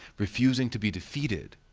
refusing to be defeated,